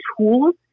tools